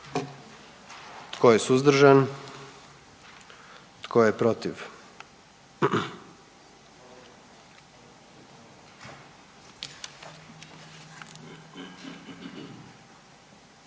Tko je suzdržan? I tko je protiv?